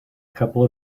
couple